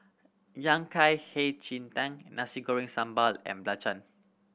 Yang Kai Hei Ji Tang Nasi Goreng Sambal and Belacan